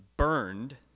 burned